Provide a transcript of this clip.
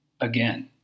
again